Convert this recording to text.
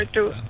um to